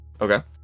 Okay